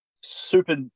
super